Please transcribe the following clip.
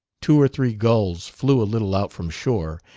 two or three gulls flew a little out from shore,